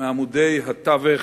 מעמודי התווך